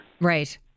Right